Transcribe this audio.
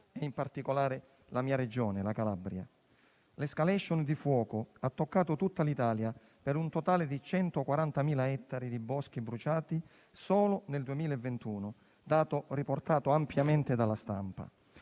e, in particolare, la mia Regione, la Calabria. L'*escalation* di fuoco ha toccato tutta l'Italia per un totale di 140.000 ettari di boschi bruciati solo nel 2021. Tale dato è stato riportato ampiamente dalla stampa.